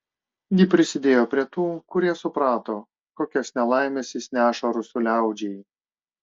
ji prisidėjo prie tų kurie suprato kokias nelaimes jis neša rusų liaudžiai